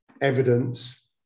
evidence